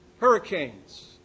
Hurricanes